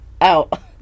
Out